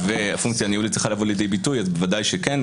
והפונקציה הניהולית צריכה לבוא לידי ביטוי אז בוודאי שכן,